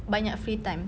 banyak free time